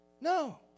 No